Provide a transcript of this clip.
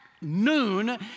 noon